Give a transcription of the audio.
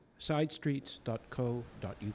sidestreets.co.uk